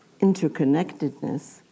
interconnectedness